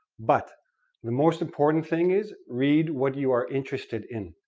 but the most important thing is read what you are interested in,